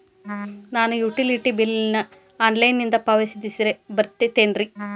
ನಾನು utility bill ನ ಆನ್ಲೈನಿಂದ ಪಾವತಿಸಿದ್ರ ಬರ್ತದೇನು?